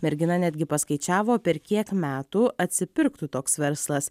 mergina netgi paskaičiavo per kiek metų atsipirktų toks verslas